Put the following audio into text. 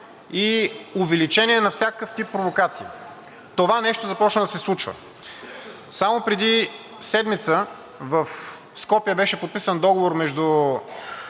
и увеличение на всякакъв тип провокация. Това нещо започна да се случва. Само преди седмица в Скопие беше подписан договор между